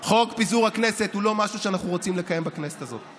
חוק פיזור הכנסת הוא לא משהו שאנחנו רוצים לקיים בכנסת הזאת.